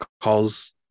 calls